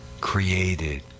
created